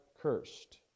cursed